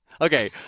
Okay